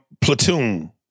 Platoon